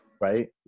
right